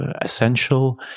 essential